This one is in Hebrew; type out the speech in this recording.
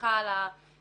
סליחה על ה-TMI,